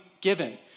given